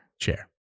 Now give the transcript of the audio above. Chair